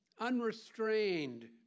unrestrained